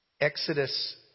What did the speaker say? Exodus